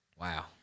Wow